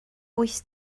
wyth